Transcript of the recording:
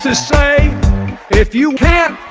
say if you can't